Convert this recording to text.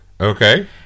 Okay